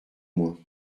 moins